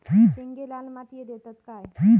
शेंगे लाल मातीयेत येतत काय?